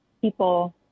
people